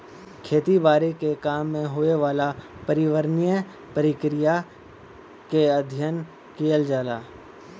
खेती बारी के काम में होए वाला पर्यावरणीय प्रक्रिया के अध्ययन कइल जाला